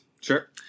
Sure